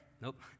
nope